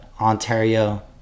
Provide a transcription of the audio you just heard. Ontario